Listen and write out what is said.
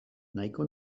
nahiko